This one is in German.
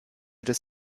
des